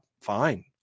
fine